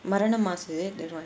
மரண மாசு: marana maasu is it that [one]